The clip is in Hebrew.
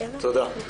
תודה.